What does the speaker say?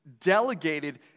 delegated